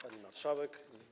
Pani Marszałek!